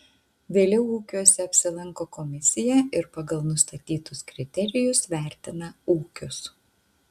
vėliau ūkiuose apsilanko komisija ir pagal nustatytus kriterijus vertina ūkius